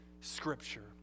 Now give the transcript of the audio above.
scripture